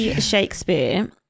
Shakespeare